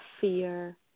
fear